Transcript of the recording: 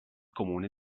comune